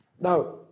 Now